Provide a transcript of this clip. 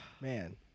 Man